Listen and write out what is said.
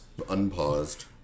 unpaused